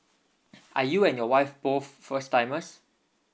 are you and your wife both first timers